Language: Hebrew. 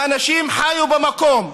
האנשים חיו במקום,